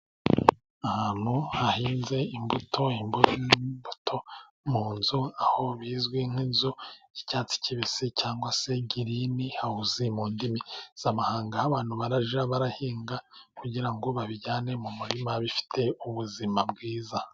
Ahantu hahinze imbuto, imboga n'imbuto mu nzu aho bizwi nk'inzu y'icyatsi kibisi cyangwa se green house (mu indimi z'amahanga) abantu bajya bahinga kugirango babijyane mu murima bifite ubuzima bwiza.